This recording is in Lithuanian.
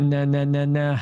ne ne ne ne